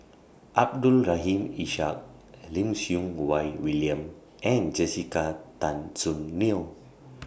Abdul Rahim Ishak Lim Siew Wai William and Jessica Tan Soon Neo